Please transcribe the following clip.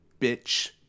Bitch